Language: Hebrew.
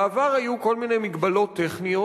בעבר היו כל מיני מגבלות טכניות.